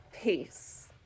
peace